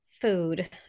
food